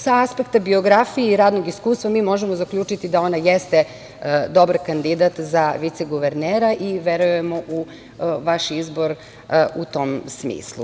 Sa aspekta biografije i radnog iskustva, mi možemo zaključiti da ona jeste dobar kandidat za viceguvernera i verujemo u vaš izbor u tom smislu.